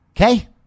Okay